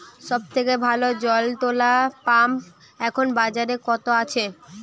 সব থেকে ভালো জল তোলা পাম্প এখন বাজারে কত আছে?